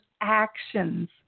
actions